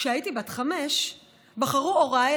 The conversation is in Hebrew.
כשהייתי בת חמש בחרו הוריי,